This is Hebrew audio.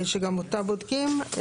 שגם אותה בודקים.